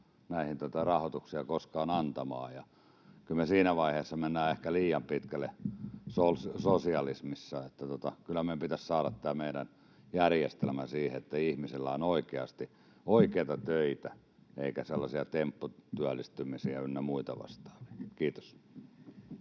näihin rahoituksia koskaan antamaan. Kyllä me siinä vaiheessa mennään ehkä liian pitkälle sosialismissa, eli kyllä meidän pitäisi saada tämä meidän järjestelmä siihen, että ihmisillä on oikeasti oikeita töitä eikä sellaisia tempputyöllistymisiä ynnä muita vastaavia. — Kiitos.